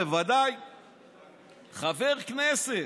חבר הכנסת.